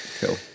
cool